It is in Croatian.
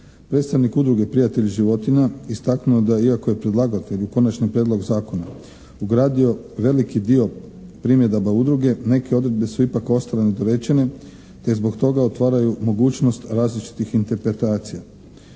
Predstavnik Udruge prijatelj životinja istaknuo je da iako je predlagatelj u konačni prijedlog zakona ugradio veliki dio primjedaba udruge, neke odredbe su ipak ostale nedorečene te zbog toga otvaraju mogućnost različitih interpretacija.